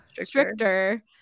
stricter